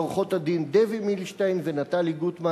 לעורכות-הדין דבי מילשטיין ונטלי גוטמן